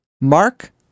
Mark